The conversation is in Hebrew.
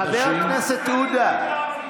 חבר הכנסת עודה,